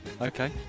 Okay